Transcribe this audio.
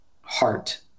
heart